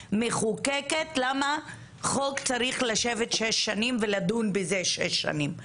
וכמחוקקת למה חוק צריך לשבת שש שנים ולדון בזה שש שנים.